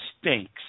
stinks